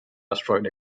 asteroid